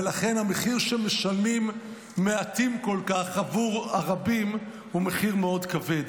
ולכן המחיר שמשלמים מעטים כל כך עבור הרבים הוא מחיר מאוד כבד.